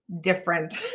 different